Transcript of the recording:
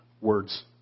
words